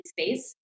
space